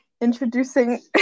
introducing